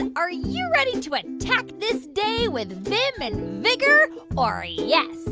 and are you ready to attack this day with vim and vigor or yes?